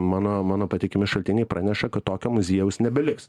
mano mano patikimi šaltiniai praneša kad tokio muziejaus nebeliks